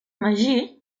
magí